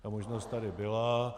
Ta možnost tady byla.